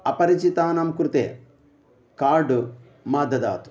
अपरिचितानां कृते कार्ड् मा ददातु